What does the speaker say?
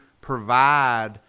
provide –